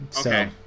Okay